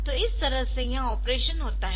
तो इस तरह से यह ऑपरेशन होता है